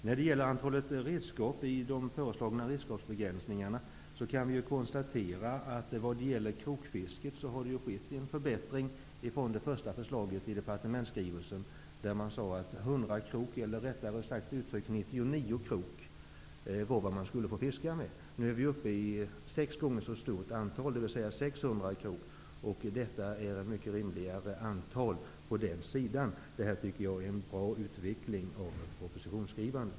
När det gäller antalet redskap i de föreslagna redskapsbegränsningarna kan vi konstatera att en förbättring har skett vad gäller krokfisket från det första förslaget i departementsskrivelsen, där man sade att 100 krok, eller rättare uttryckt, 99 krok var vad man skulle få fiska med. Nu är antalet sex gånger så stort, dvs. 600 krok. Detta är ett mycket rimligare antal. Jag tycker att detta är en bra utveckling av propositionsskrivandet.